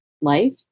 life